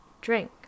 Drink